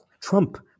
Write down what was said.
Trump